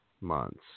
months